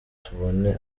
tubone